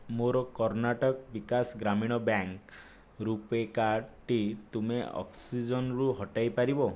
ମୋର କର୍ଣ୍ଣାଟକ ବିକାଶ ଗ୍ରାମୀଣ ବ୍ୟାଙ୍କ୍ ରୂପେ କାର୍ଡ଼ଟି ତୁମେ ଅକ୍ସିଜେନ୍ରୁ ହଟାଇ ପାରିବ